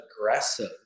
aggressive